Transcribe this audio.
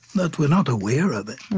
that we're not aware of it.